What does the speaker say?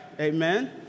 Amen